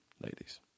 ladies